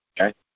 Okay